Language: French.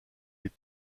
les